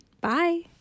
Bye